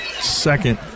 second